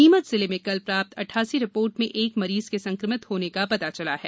नीमच जिले में कल प्राप्त अठासी रिपोर्ट में एक मरीज के संकमित होने का पता चला है